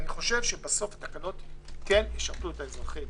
אני חושב שבסוף התקנות כן ישרתו את האזרחים.